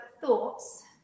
thoughts